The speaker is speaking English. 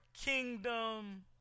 kingdom